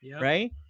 right